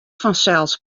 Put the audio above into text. fansels